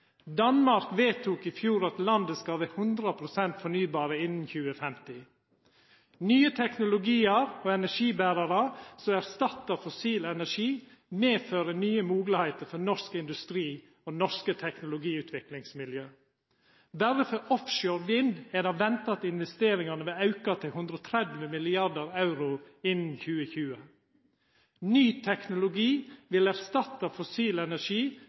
Danmark vedtok i fjor at landet skal ha 100 pst. fornybar energi innan 2050. Nye teknologiar og energiberarar som erstattar fossil energi medfører nye moglegheiter for norsk industri og norske teknologiutviklingsmiljø. Berre for offshore vindkraft er det venta at investeringane vil auka til 130 mrd. euro innan 2020. Ny teknologi vil erstatta fossil energi